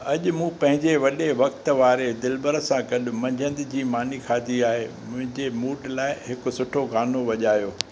अॼु मूं पंहिंजे वॾे वक़्तु वारे दिलबर सां गॾु मंझंदि जी मानी खाधी आहे मुंहिंजे मूड लाइ हिकु सुठो गानो वॼायो